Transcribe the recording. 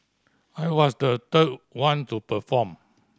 I was the third one to perform